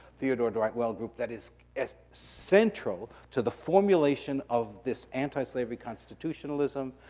theodore dwight weld group that is as central to the formulation of this antislavery constitutionalism,